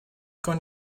going